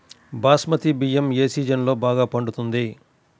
బాస్మతి బియ్యం ఏ సీజన్లో బాగా పండుతుంది?